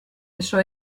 eso